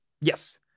Yes